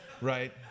right